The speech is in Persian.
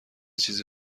چیزی